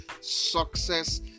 success